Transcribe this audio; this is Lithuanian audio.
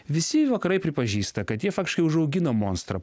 visi vakarai pripažįsta kad jie faktiškai užaugino monstrą